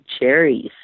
cherries